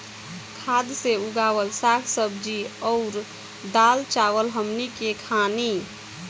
खाद से उगावल साग सब्जी अउर दाल चावल हमनी के खानी